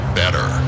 better